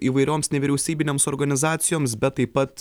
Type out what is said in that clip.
įvairioms nevyriausybinėms organizacijoms bet taip pat